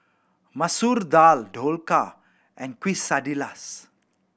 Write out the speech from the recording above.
Masoor Dal Dhokla and Quesadillas